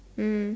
mm